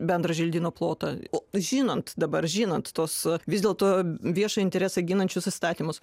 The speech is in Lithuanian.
bendrą želdynų plotą o žinant dabar žinant tuos vis dėlto viešą interesą ginančius įstatymus